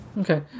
Okay